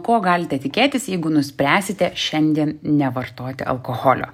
ko galite tikėtis jeigu nuspręsite šiandien nevartoti alkoholio